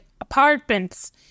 apartments